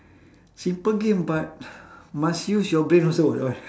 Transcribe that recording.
simple game but must use your brain also [what] [what]